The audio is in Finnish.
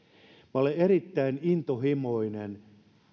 olen erittäin intohimoisesti